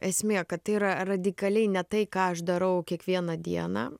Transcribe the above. esmė kad tai yra radikaliai ne tai ką aš darau kiekvieną dieną